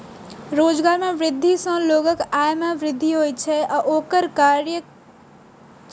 रोजगार मे वृद्धि सं लोगक आय मे वृद्धि होइ छै आ ओकर क्रय शक्ति बढ़ै छै